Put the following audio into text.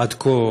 שעד כה